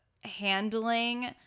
handling